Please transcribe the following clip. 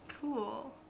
cool